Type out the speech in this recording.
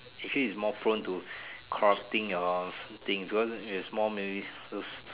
actually it's more prone to corrupting your things because it's more miscel